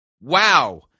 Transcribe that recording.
Wow